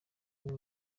niwe